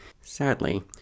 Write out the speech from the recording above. Sadly